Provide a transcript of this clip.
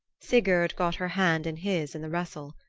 sigurd got her hand in his in the wrestle.